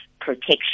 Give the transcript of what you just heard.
protection